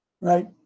Right